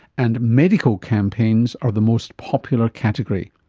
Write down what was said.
and medical campaigns are the most popular category.